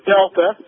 Delta